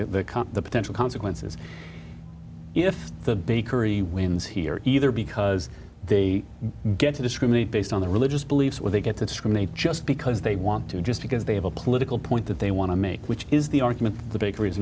understand the potential consequences if the bakery wins here either because they get to discriminate based on their religious beliefs or they get to discriminate just because they want to just because they have a political point that they want to make which is the argument the baker